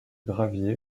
gravier